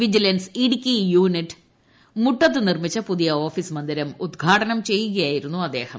vigilance Idukki unit മുട്ടത്ത് നിർമിച്ച പുതിയ ഓഫീസ് മന്ദിരം ഉദ്ഘാടനം ചെയ്യുകയായിരുന്നു അദ്ദേഹം